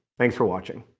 thanks for watching.